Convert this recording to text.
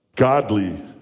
Godly